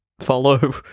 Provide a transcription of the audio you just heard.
follow